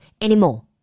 anymore